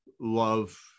love